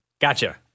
Gotcha